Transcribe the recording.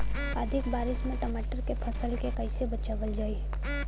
अधिक बारिश से टमाटर के फसल के कइसे बचावल जाई?